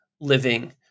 living